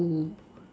school